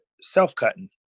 self-cutting